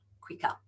quicker